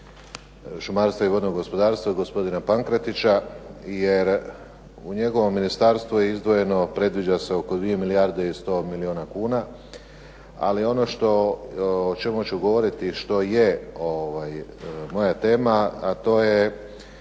šumarstva i vodnog gospodarstva gospodina Pankretića, jer u njegovom ministarstvu je izdvojeno, a predviđa se oko 2 milijarde i 100 milijuna kuna. Ali ono što o čemu ću govoriti što je moja tema, a to je